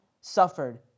suffered